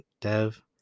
dev